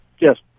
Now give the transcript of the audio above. Yes